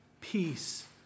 Peace